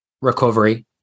recovery